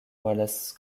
wallace